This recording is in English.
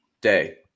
Day